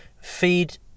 feed